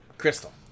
Crystal